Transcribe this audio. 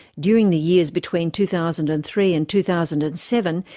during the years between two thousand and three and two thousand and seven,